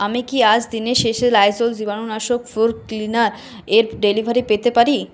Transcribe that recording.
আমি কি আজ দিনের শেষে লাইজল জীবাণুনাশক ফ্লোর ক্লিনারের ডেলিভারি পেতে পারি